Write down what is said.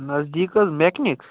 نزدیٖک حظ میکنِک